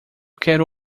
quero